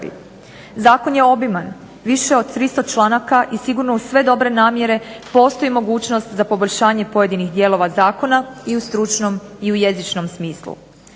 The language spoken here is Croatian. Zakon je obiman, više od 300 članaka i sigurno uz sve dobre namjere postoji mogućnost za poboljšanje pojedinih dijelova zakona i u stručnom i u jezičnom smislu.